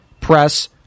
Press